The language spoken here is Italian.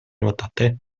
nuotate